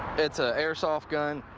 it's a air-soft gun,